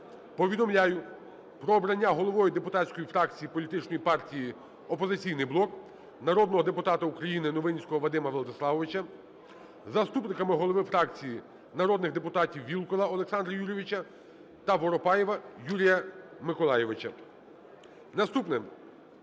повідомляю про обрання головою депутатської фракції Політичної партії "Опозиційний блок" народного депутата України Новинського Вадима Владиславовича, заступниками голови фракції - народних депутатів Вілкула Олександра Юрійовича та Воропаєва Юрія Миколайовича. Наступне.